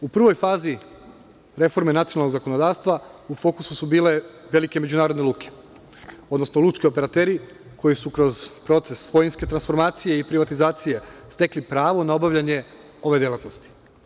U prvoj fazi reforme nacionalnog zakonodavstva u fokusu su bile velike međunarodne luke, odnosno lučki operateri koji su kroz proces svojinske transformacije i privatizacije stekli pravo na obavljanje ove delatnosti.